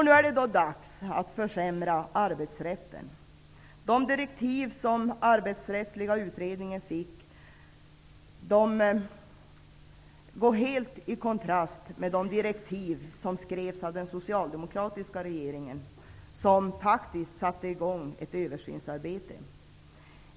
Nu är det då dags att försämra arbetsrätten. De direktiv som Arbetsrättskommittén fick kontrasterar helt mot de direktiv som skrevs av den socialdemokratiska regeringen, vilken faktiskt startade ett översynsarbete.